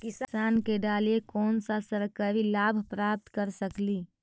किसान के डालीय कोन सा सरकरी लाभ प्राप्त कर सकली?